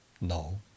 no